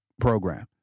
program